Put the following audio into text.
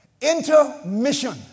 Intermission